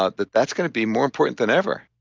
ah that that's going to be more important than ever,